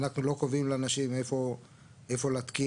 אנחנו לא קובעים לאנשים איפה להתקין.